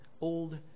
old